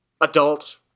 adult